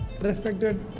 respected